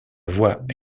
voix